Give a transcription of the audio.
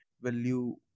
value